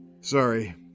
Sorry